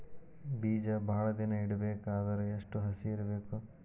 ಬೇಜ ಭಾಳ ದಿನ ಇಡಬೇಕಾದರ ಎಷ್ಟು ಹಸಿ ಇರಬೇಕು?